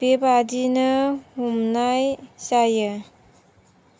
बेबादिनो हमनाय जायो